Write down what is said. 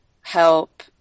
help